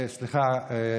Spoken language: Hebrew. סליחה,